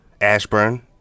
Ashburn